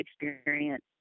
experience